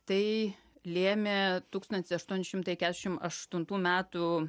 tai lėmė tūkstantis aštuoni šimtai keturiasdešim aštuntų metų